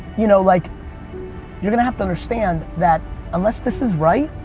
you know like you're gonna have to understand that unless this is right,